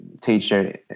teacher